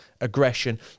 aggression